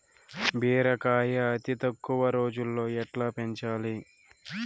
బీరకాయ అతి తక్కువ రోజుల్లో ఎట్లా పెంచాలి?